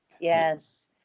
Yes